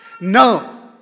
no